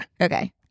Okay